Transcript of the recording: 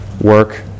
Work